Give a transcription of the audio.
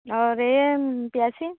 और ये क्याची